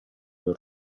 per